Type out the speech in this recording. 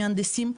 מהנדסים,